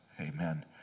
Amen